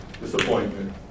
disappointment